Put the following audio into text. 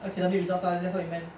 academic results ah that's what you meant